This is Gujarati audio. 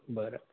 બરાબર